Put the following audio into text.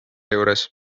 juures